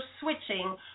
switching